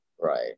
Right